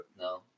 No